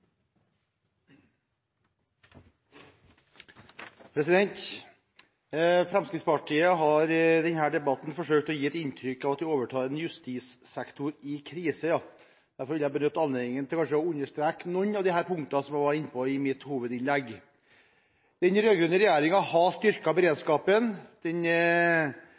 deler. Fremskrittspartiet har i denne debatten forsøkt å gi et inntrykk av at de overtar en justissektor i krise. Derfor vil jeg benytte anledningen til kanskje å understreke noen av de punktene som jeg var inne på i mitt hovedinnlegg. Den rød-grønne regjeringen har styrket beredskapen. Den